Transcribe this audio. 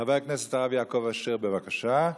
חבר הכנסת הרב יעקב אשר, בבקשה.